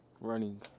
Running